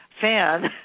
fan